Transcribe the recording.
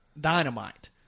dynamite